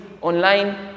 online